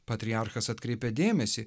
patriarchas atkreipė dėmesį